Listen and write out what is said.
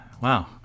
Wow